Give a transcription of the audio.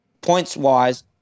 Points-wise